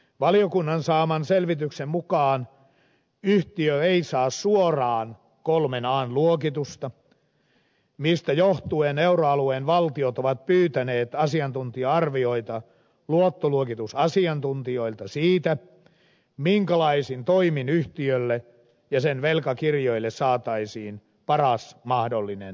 valiokunnan saaman selvityksen mukaan yhtiö ei saa suoraan kolmen an luokitusta mistä johtuen euroalueen valtiot ovat pyytäneet asiantuntija arvioita luottoluokitusasiantuntijoilta siitä minkälaisin toimin yhtiölle ja sen velkakirjoille saataisiin paras mahdollinen luottoluokitus